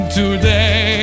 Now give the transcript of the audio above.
today